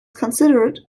considered